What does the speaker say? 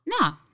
No